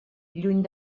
lluny